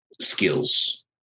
skills